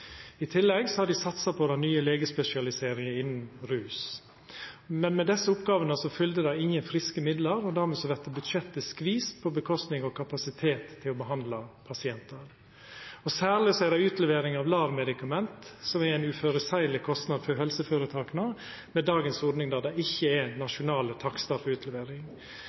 I tillegg har dei satsa på den nye legespesialiseringa innanfor rusbehandling. Med desse oppgåvene følgde det ingen friske midlar, og dermed vart budsjettet skvisa og fekk følgjer for kapasiteten til å behandla pasientar. Særleg er utlevering av LAR-medikament ein uføreseieleg kostnad for helseføretaka med dagens ordning, der det ikkje er nasjonale takstar for utlevering.